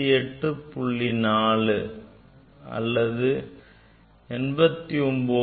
4 or 89 கிடைக்கிறது